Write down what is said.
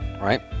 right